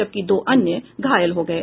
जबकि दो अन्य घायल हो गये